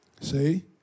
see